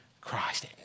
Christ